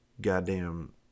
goddamn